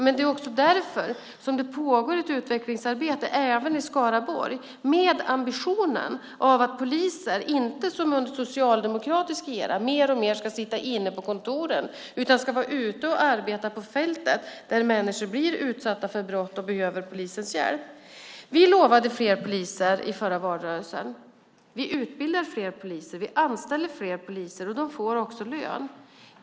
Men det är också därför det pågår ett utvecklingsarbete, även i Skaraborg, med ambitionen att poliser inte som under socialdemokratisk era mer och mer ska sitta inne på kontoren utan ska vara ute och arbeta på fältet där människor blir utsatta för brott och behöver polisens hjälp. Vi lovade fler poliser i förra valrörelsen. Vi utbildar fler poliser. Vi anställer fler poliser, och de får också lön.